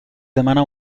demana